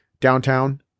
downtown